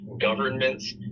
governments